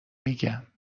میگم